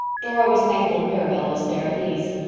dora was thankful mirabel was there, at least.